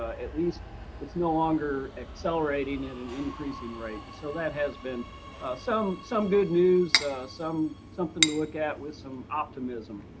ah at least it's no longer accelerating at an increasing rate, so that has been so some some good news some something to look at with some optimism.